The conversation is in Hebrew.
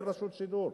אין רשות שידור.